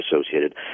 associated